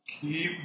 keep